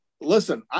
listen